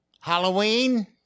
Halloween